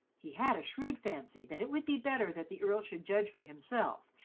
he had a shrewd fancy that it would be better that the earl should judge for himself,